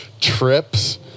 Trips